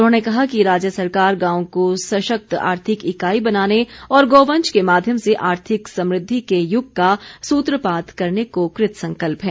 उन्होंने कहा कि राज्य सरकार गांवों को सशक्त आर्थिक इकाई बनाने और गोवंश के माध्यम से आर्थिक समृद्धि के युग का सूत्रपात करने को कृतसंकल्प है